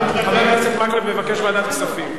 חבר הכנסת מקלב מבקש ועדת כספים.